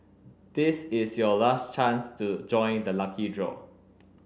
this is your last chance to join the lucky draw